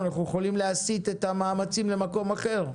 אנחנו יכולים להסיט את המאמצים למקום אחר.